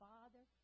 Father